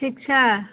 अच्छा